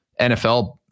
nfl